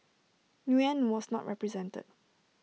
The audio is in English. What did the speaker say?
Nguyen was not represented